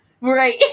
Right